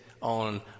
on